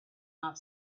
off